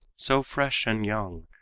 so fresh and young,